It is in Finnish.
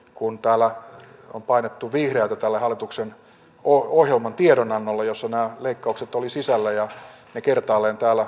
kunta ala on painettu vihreätä tälle hallituksen ohjelman tiedonannolle jossa nämä leikkaukset tulisi saleja ja kertaalleen tällä